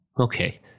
Okay